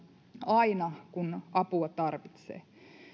aina kun apua tarvitsee